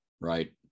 right